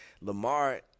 Lamar